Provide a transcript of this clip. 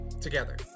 together